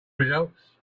results